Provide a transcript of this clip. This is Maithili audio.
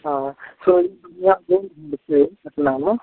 हँ पटनामे